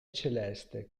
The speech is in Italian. celeste